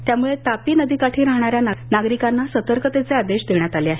त्यामुळे तापी नदी काठी राहणाऱ्या नागरिकांनी सतर्कतेचे आदेश देण्यात आले आहेत